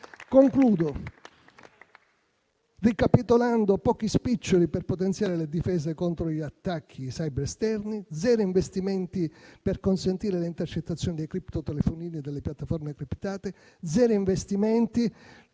Concludo, ricapitolando: pochi spiccioli per potenziare le difese contro gli attacchi *cyber* esterni; zero investimenti per consentire le intercettazioni dei criptotelefonini e delle piattaforme criptate; zero investimenti